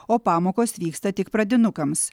o pamokos vyksta tik pradinukams